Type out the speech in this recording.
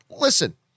Listen